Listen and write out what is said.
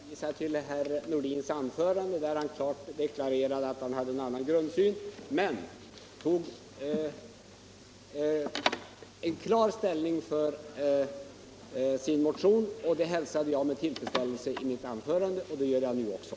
Herr talman! Jag vill då bara hänvisa till herr Nordins anförande, där han klart deklarerade att han hade samma grundsyn som sitt parti men tog en klar ställning för sin motion. Detta hälsade jag med tillfredsställelse i mitt anförande, och det gör jag nu också.